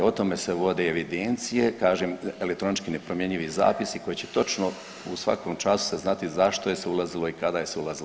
O tome se vode evidencije, kažem elektronički nepromjenjivi zapisi koji će točno u svakom času se znati zašto je se ulazilo i kada se je ulazilo.